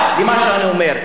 אדוני היושב-ראש,